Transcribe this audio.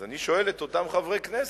אז אני שואל את אותם חברי כנסת: